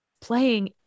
playing